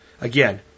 Again